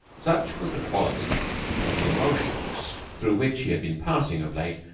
such was the quality of the emotions through which he had been passing of late,